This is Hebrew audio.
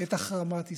את החרמת ישראל.